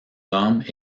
hommes